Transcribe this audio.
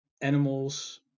animals